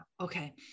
Okay